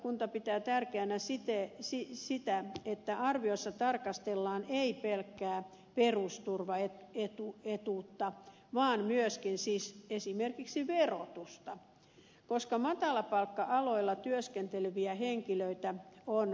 valiokunta pitää tärkeänä sitä että arviossa ei tarkastella pelkkää perusturvaetuutta vaan myös siis esimerkiksi verotusta koska matalapalkka aloilla työskenteleviä henkilöitä on runsaasti